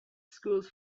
schools